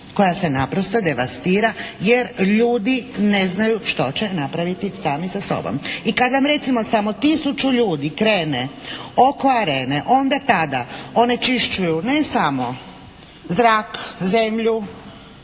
koja se naprosto devastira jer ljudi ne znaju što će napraviti sami sa sobom. I kad vam recimo samo tisuću ljudi krene oko Arene onda tada onečišćuju ne samo zrak, zemlju